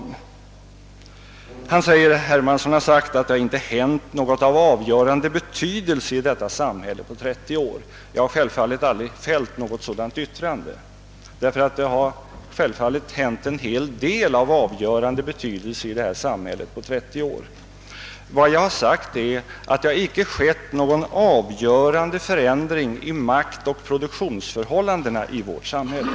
Herr statsministern säger: Herr Hermansson har sagt att det inte hänt något av avgörande betydelse i samhället på 30 år. Jag har aldrig fällt något sådant yttrande. Det har självfallet hänt en hel del av avgörande betydelse i vårt samhälle på 30 år. Vad jag har sagt är, att det icke skett någon avgörande förändring i maktoch produktionsförhållandena i vårt samhälle.